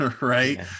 right